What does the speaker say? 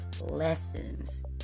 lessons